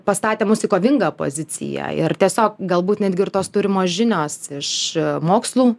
pastatė mus į kovingą poziciją ir tiesiog galbūt netgi ir tos turimos žinios iš mokslų